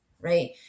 right